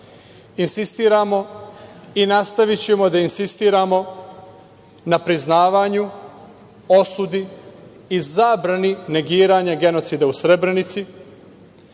insistiramo i nastavićemo da insistiramo na priznavanju, osudi i zabrani negiranja genocida u Srebrnici,